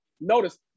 notice